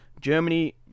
Germany